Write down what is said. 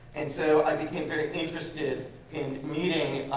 and so i became very interested in meeting,